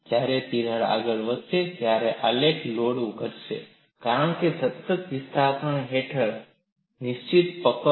જ્યારે તિરાડ આગળ વધશે ત્યારે આખરે લોડ ઘટશે કારણ કે તે સતત વિસ્થાપન હેઠળ છે નિશ્ચિત પકડ